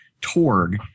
Torg